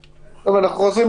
עומס.